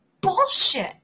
Bullshit